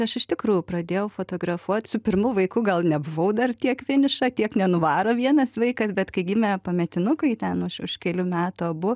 aš iš tikrųjų pradėjau fotografuot su pirmu vaiku gal nebuvau dar tiek vieniša tiek nenuvaro vienas vaikas bet kai gimė pametinukai ten už kelių metų abu